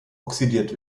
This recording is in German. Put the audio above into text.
oxidiert